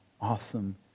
awesome